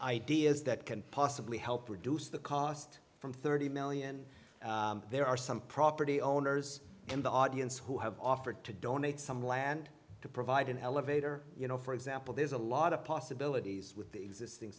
ideas that can possibly help reduce the cost from thirty million there are some property owners in the audience who have offered to donate some land to provide an elevator you know for example there's a lot of possibilities with the existing